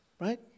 right